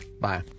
Bye